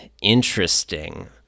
interesting